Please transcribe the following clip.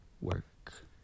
work